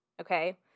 Okay